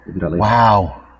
Wow